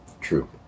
True